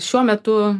šiuo metu